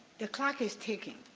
the clock is ticking.